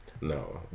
No